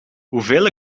hoeveel